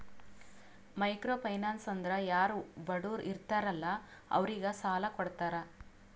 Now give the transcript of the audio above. micro finance ಅಂದುರ್ ಯಾರು ಬಡುರ್ ಇರ್ತಾರ ಅಲ್ಲಾ ಅವ್ರಿಗ ಸಾಲ ಕೊಡ್ತಾರ್